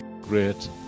great